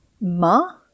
ma